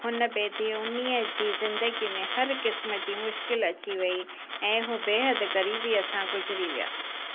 हुन बैदि हुननि जी ज़िन्दगी में हर क़िस्म जी मुश्किल अची वेई ऐं हू बेहद ग़रीबीअ सां गुज़री विया